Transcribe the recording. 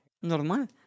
Normal